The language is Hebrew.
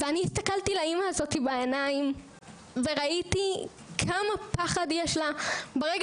אני הסתכלתי לאימא הזאת בעיניים וראיתי כמה פחד יש לה ברגע